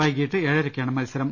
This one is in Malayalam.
വൈകിട്ട് ഏഴ രക്കാണ് മത്സരം